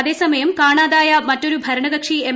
അതേസമയം കാണാതായ്ക്കുറ്റൊരു ഭരണകക്ഷി എം